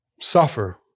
suffer